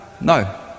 No